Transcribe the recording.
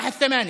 בערבית: